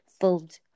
filled